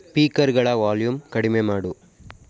ಸ್ಪೀಕರ್ಗಳ volume ಕಡಿಮೆ ಮಾಡು